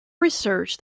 research